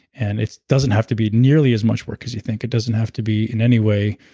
and it doesn't have to be nearly as much work as you think. it doesn't have to be in any way.